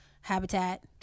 habitat